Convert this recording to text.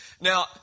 Now